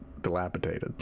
dilapidated